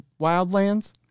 Wildlands